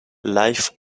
live